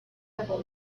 republic